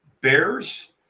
bears